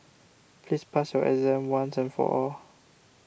please pass your exam once and for all